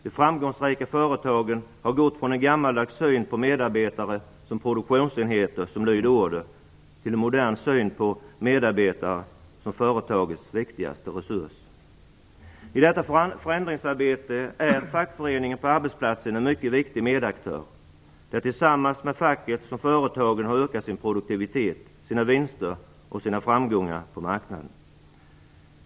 De framgångsrika företagen har gått från en gammaldags syn på medarbetare som produktionsenheter som lyder order, till en modern syn på medarbetare som företagets viktigaste resurs. I detta förändringsarbete är fackföreningen på arbetsplatsen en mycket viktig medaktör. Det är tillsammans med facket som företagen har ökat sin produktivitet, sina vinster och sina framgångar på marknaden.